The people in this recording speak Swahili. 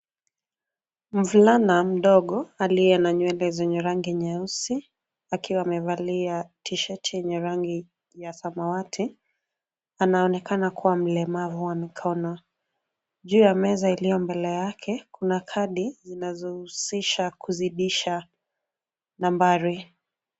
Mvulana mdogo aliye na nywele zenye rangi nyeusi akiwa amevalia tisheti yenye rangi ya samawati, anaonekana kuwa mlemavu wa mikono. Juu ya meza iliyo mbele yake kuna kadi zinazohusisha kuzidisha nambari.